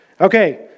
Okay